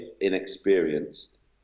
inexperienced